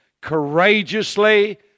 courageously